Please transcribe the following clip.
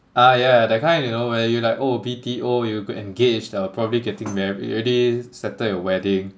ah yeah that kind you know where you like oh B_T_O you could engage or probably getting married already settle your wedding